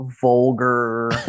vulgar